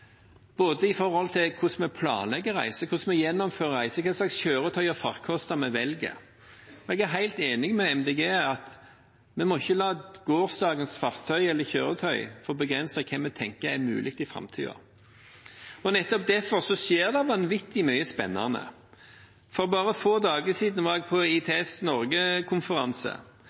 både hvordan vi planlegger reise, hvordan vi gjennomfører reise, og hva slags kjøretøy og farkoster vi velger. Jeg er helt enig med Miljøpartiet De Grønne i at vi ikke må la gårsdagens fartøy eller kjøretøy få begrense hva vi tenker er mulig i framtiden. Nettopp derfor skjer det vanvittig mye spennende. For bare få dager siden var jeg på ITS